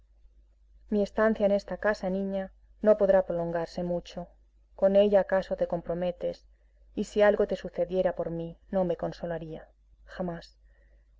mi estancia en esta casa niña no podrá prolongarse mucho con ella acaso te comprometes y si algo te sucediera por mí no me consolaría jamás